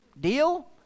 Deal